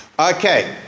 Okay